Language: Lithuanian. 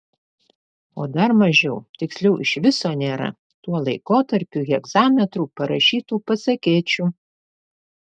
o dar mažiau tiksliau iš viso nėra tuo laikotarpiu hegzametru parašytų pasakėčių